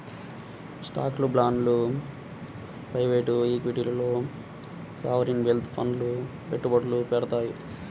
స్టాక్లు, బాండ్లు ప్రైవేట్ ఈక్విటీల్లో సావరీన్ వెల్త్ ఫండ్లు పెట్టుబడులు పెడతాయి